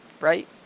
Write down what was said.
Right